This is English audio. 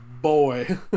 Boy